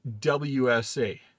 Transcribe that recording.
WSA